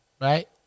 right